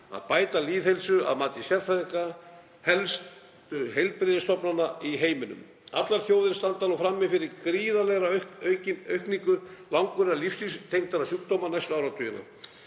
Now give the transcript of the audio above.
að bættri lýðheilsu að mati sérfræðinga helstu heilbrigðisstofnana í heiminum. Allar þjóðir standa nú frammi fyrir gríðarlegri aukningu langvinnra lífsstílstengdra sjúkdóma næstu áratugina.